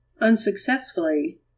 unsuccessfully